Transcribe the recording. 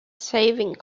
saving